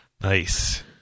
Nice